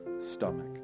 stomach